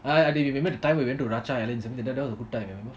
I remember the time we went to Raja island that was a good time you know